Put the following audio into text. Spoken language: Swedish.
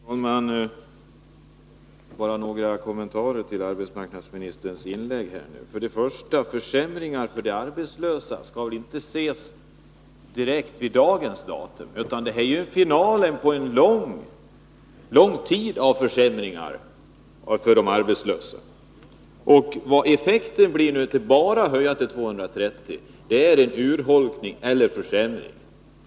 Herr talman! Bara några kommentarer till arbetsmarknadsministerns inlägg. För det första skall inte försämringarna för de arbetslösa ses bara med utgångspunkt i förhållandena i dagsläget — detta är finalen på en lång tids försämringar för de arbetslösa. Effekten av att höja gränsen för arbetslöshetsförsäkringen till enbart 230 kr. blir en urholkning — eller en försämring.